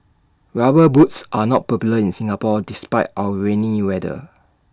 rubber boots are not popular in Singapore despite our rainy weather